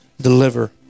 Deliver